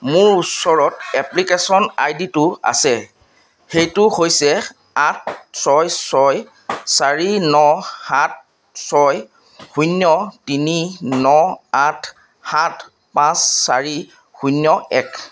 মোৰ ওচৰত application I D টো আছে সেইটো হৈছে আঠ ছয় ছয় চাৰি ন সাত ছয় শূন্য তিনি ন আঠ সাত পাঁচ চাৰি শূন্য এক